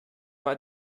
war